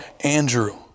Andrew